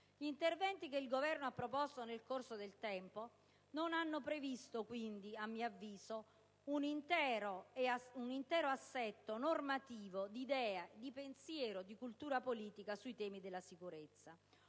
Gli interventi che il Governo ha proposto nel corso del tempo non hanno previsto quindi, a mio avviso, un intero assetto normativo di idea, di pensiero, di cultura politica sui temi della sicurezza,